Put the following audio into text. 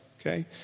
okay